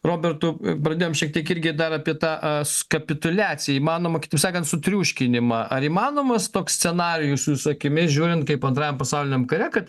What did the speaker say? robertu pradėjom šiek tiek irgi dar apie tą kapituliaciją įmanomą kitaip sakant sutriuškinimą ar įmanomas toks scenarijus jūsų akimis žiūrint kaip antrajam pasauliniam kare kad